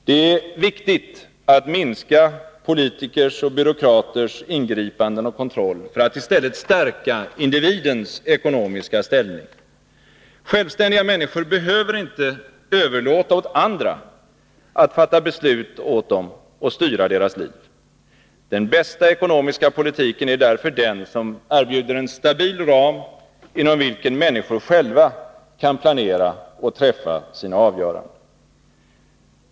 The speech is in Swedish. Det är viktigt att minska politikers och byråkraters ingripanden och kontroll för att i stället stärka individens ekonomiska ställning. Självständiga människor behöver inte överlåta åt andra att fatta beslut åt dem och styra deras liv. Den bästa ekonomiska politiken är därför den som erbjuder en stabil ram, inom vilken människor själva kan planera och träffa sina avgöranden.